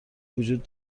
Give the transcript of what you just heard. وجود